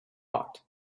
heart